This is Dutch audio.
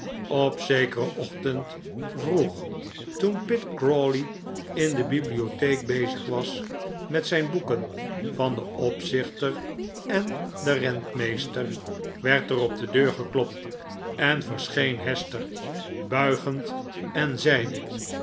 op zekeren ochtend vroeg toen pitt crawley in de bibliotheek bezig was met zijn boeken van den opzichter en den rentmeester werd er op de deur geklopt en verscheen hester buigend en zeide